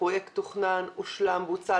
הפרויקט תוכנן, הושלם, בוצע.